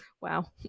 Wow